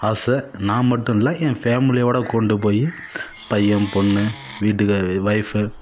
ஆசை நான் மட்டும் இல்லை என் ஃபேமிலியோடய கொண்டு போய் பையன் பொண்ணு வீட்டுக்காரி ஒய்ஃபு